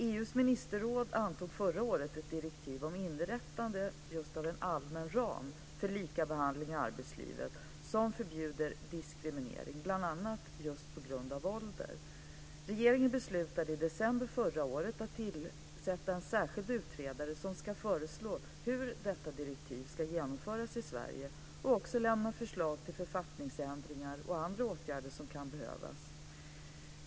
EU:s ministerråd antog förra året ett direktiv om inrättande av just en allmän ram för likabehandling i arbetslivet som förbjuder diskriminering i arbetslivet - bl.a. på grund av ålder . Regeringen beslutade i december förra året att tillsätta en särskild utredare som ska föreslå hur detta direktiv ska genomföras i Sverige och också lämna förslag till författningsändringar och andra åtgärder som kan behövas.